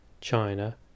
china